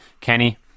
Kenny